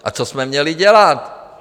A co jsme měli dělat?